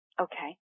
Okay